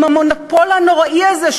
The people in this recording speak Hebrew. עם המונופול הנוראי הזה,